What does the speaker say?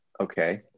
Okay